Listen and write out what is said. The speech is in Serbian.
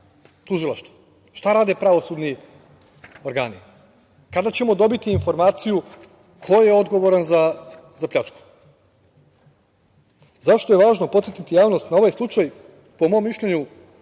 tužilaštvo? Šta rade pravosudni organi? Kada ćemo dobiti informaciju ko je odgovoran za pljačku? Zašto je važno podsetiti javnost na ovaj slučaj? Po mom mišljenju,